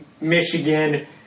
Michigan